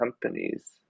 companies